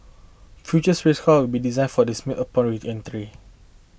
future spacecraft will be design for demise upon reentry